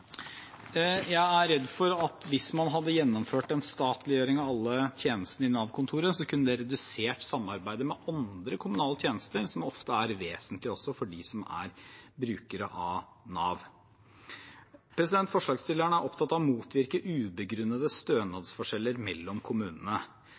Jeg er redd for at hvis man hadde gjennomført en statliggjøring av alle tjenestene i Nav-kontoret, kunne det redusert samarbeidet med andre kommunale tjenester som ofte er vesentlige også for dem som er brukere av Nav. Forslagsstillerne er opptatt av å motvirke ubegrunnede